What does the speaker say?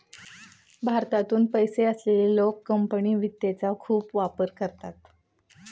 भारतातून पैसे असलेले लोक कंपनी वित्तचा खूप वापर करतात